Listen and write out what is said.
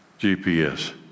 GPS